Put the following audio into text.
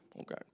Okay